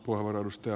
kiitos